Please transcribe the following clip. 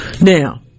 Now